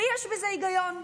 ויש בזה היגיון.